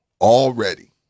already